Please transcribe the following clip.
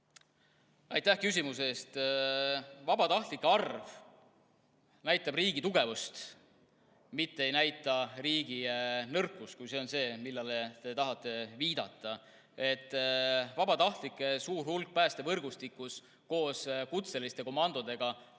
Aitäh küsimuse eest! Vabatahtlike arv näitab riigi tugevust, mitte ei näita riigi nõrkust, kui see oli see, millele te tahtsite viidata. Vabatahtlike suur hulk päästevõrgustikus tagabki koos kutseliste komandodega kogu